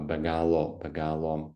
be galo be galo